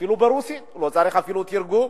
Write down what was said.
אפילו ברוסית, לא צריך אפילו תרגום.